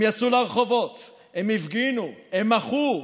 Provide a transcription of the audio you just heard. הם יצאו לרחובות, הם הפגינו, הם מחו.